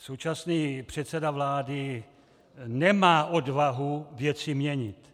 Současný předseda vlády nemá odvahu věci měnit.